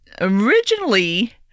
Originally